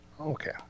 Okay